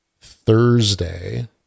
Thursday